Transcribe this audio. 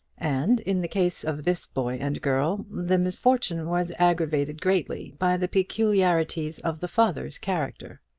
and, in the case of this boy and girl the misfortune was aggravated greatly by the peculiarities of the father's character.